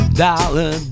dollar